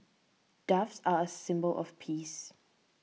doves are a symbol of peace